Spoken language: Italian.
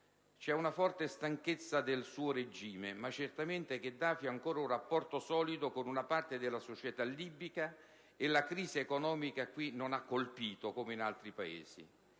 è una forte stanchezza del suo regime, ma che certamente Gheddafi ha ancora un rapporto solido con una parte della società libica e che la crisi economica lì non aveva colpito come in altri Paesi.